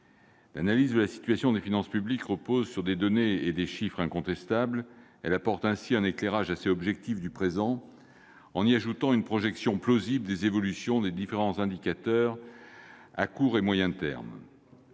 L'analyse de la situation des finances publiques repose sur des données et des chiffres incontestables. Elle apporte ainsi un éclairage assez objectif du présent en y ajoutant une projection plausible des évolutions des différents indicateurs à court et à moyen termes.